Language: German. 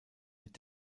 mit